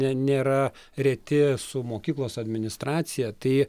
ne nėra reti su mokyklos administracija tai